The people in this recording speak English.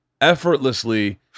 effortlessly